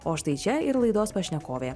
o štai čia ir laidos pašnekovė